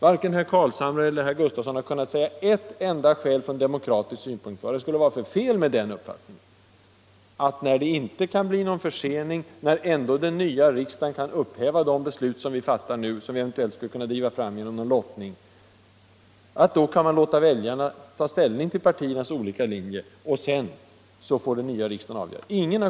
Varken herr Carlshamre eller herr Gustavsson i Alvesta har kunnat anföra ett enda skäl från demokratisk synpunkt som kunde visa att det är något fel med uppfattningen, att när det inte kan bli någon försening, och när ändå den nya riksdagen kan upphäva de beslut som vi fattar nu och som vi eventuellt skulle kunna driva fram genom lottning, så kan man låta väljarna ta ställning till partiernas olika linjer, och sedan får den nya riksdagen avgöra saken.